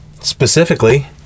Specifically